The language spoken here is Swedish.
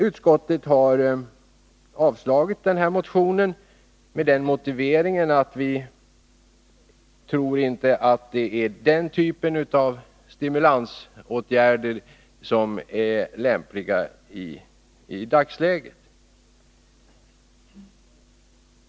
Utskottet har avstyrkt denna motion, med motiveringen att vi inte tror att det är den typen av stimulansåtgärder som är lämpliga i dagsläget.